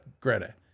greta